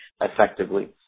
effectively